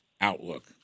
outlook